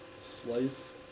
slice